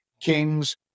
kings